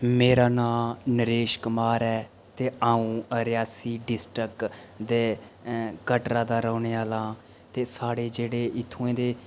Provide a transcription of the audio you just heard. मेरा नांऽ नरेश कुमार ऐ ते अंऊ रेयासी डिस्ट्रिक्ट दे कटरा दा रौह्ने आह्ला ते साढ़े जेह्ड़े इत्थुआं दे